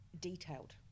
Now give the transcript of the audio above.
detailed